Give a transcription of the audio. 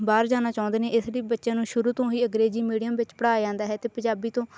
ਬਾਹਰ ਜਾਣਾ ਚਾਹੁੰਦੇ ਨੇ ਇਸ ਲਈ ਬੱਚਿਆਂ ਨੂੰ ਸ਼ੁਰੂ ਤੋਂ ਹੀ ਅੰਗਰੇਜ਼ੀ ਮੀਡੀਅਮ ਵਿੱਚ ਪੜ੍ਹਾਇਆ ਜਾਂਦਾ ਹੈ ਅਤੇ ਪੰਜਾਬੀ ਤੋਂ